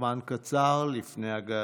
זמן קצר לפני הגעתו.